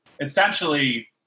essentially